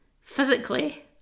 physically